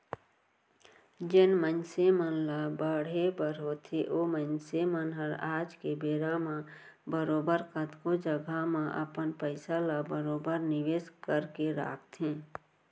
जेन मनसे मन ल बाढ़े बर होथे ओ मनसे मन ह आज के बेरा म बरोबर कतको जघा म अपन पइसा ल बरोबर निवेस करके राखथें